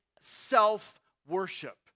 self-worship